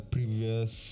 Previous